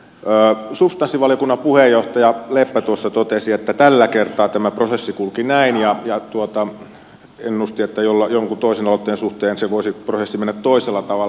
substanssivaliokunnan puheenjohtaja leppä tuossa totesi että tällä kertaa tämä prosessi kulki näin ja ennusti että jonkun toisen aloitteen suhteen se prosessi voisi mennä toisella tavalla